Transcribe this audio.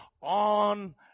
on